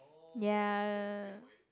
yea